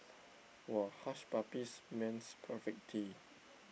!wah! Hush-Puppies men's perfect T